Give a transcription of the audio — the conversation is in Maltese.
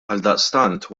għaldaqstant